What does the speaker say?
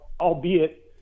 albeit